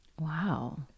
Wow